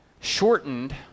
shortened